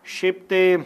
šiaip tai